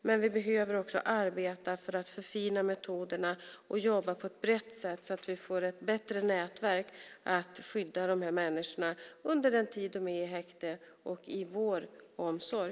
Men vi behöver också arbeta för att förfina metoderna och jobba på ett brett sätt så att vi får ett bättre nätverk för att skydda de här människorna under den tid de är i häkte och i vår omsorg.